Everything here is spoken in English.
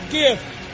gift